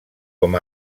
com